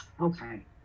okay